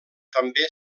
també